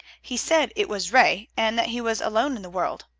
he said it was ray, and that he was alone in the world.